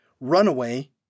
Runaway